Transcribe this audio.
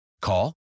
Call